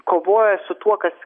kovoja su tuo kas